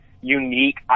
unique